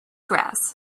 grass